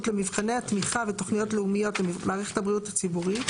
למבחני התמיכה והתכניות הלאומיות למערכת הבריאות הציבורית,